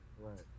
Right